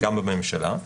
גם בממשלה.